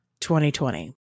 2020